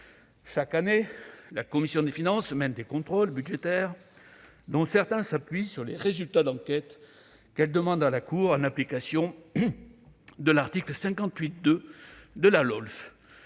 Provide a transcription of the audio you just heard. Chaque année, la commission des finances mène des contrôles budgétaires, dont certains s'appuient sur les résultats d'enquêtes qu'elle demande à la Cour en application de l'article L. 58-2 de la loi